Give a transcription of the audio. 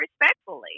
respectfully